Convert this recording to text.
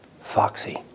Foxy